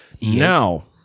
Now